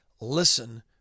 Listen